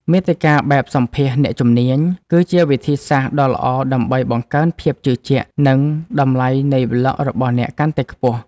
មាតិកាបែបសម្ភាសន៍អ្នកជំនាញ គឺជាវិធីសាស្រ្តដ៏ល្អដើម្បីបង្កើនភាពជឿជាក់ និងតម្លៃនៃប្លក់របស់អ្នកកាន់តែខ្ពស់។